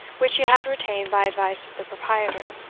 which he had retained by advice of the proprietor,